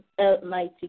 almighty